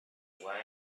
why